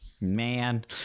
Man